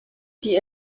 die